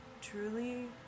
Truly